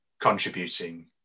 contributing